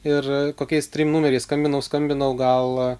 ir kokiais trim numeriais skambinau skambinau gal